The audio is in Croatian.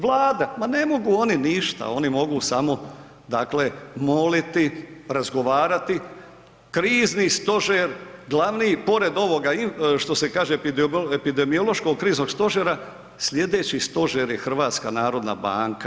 Vlada, ma ne mogu oni ništa, oni mogu samo moliti, razgovarati, Krizni stožer glavni pored ovoga što se kaže Epidemiološkog kriznog stožera sljedeći stožer je HNB.